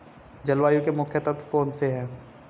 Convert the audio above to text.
जलवायु के मुख्य तत्व कौनसे हैं?